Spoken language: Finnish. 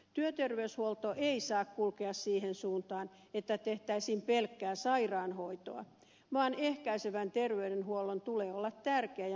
työterveyshuolto ei saa kulkea siihen suuntaan että tehtäisiin pelkkää sairaanhoitoa vaan ehkäisevän terveydenhuollon tulee olla tärkeä ja määräävä asia